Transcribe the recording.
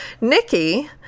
Nikki